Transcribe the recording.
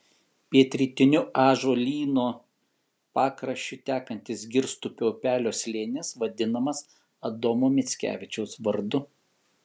pietrytiniu ąžuolyno pakraščiu tekančio girstupio upelio slėnis vadinamas adomo mickevičiaus vardu